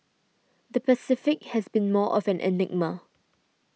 the Pacific has been more of an enigma